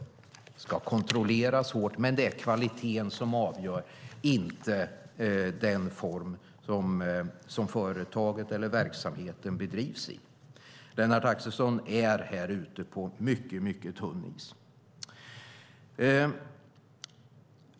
Det ska kontrolleras hårt, men det är kvaliteten som avgör, inte den form som företaget eller verksamheten bedrivs i. Lennart Axelsson är här ute på mycket tunn is.